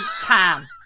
time